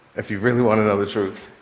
if you really want to know the truth,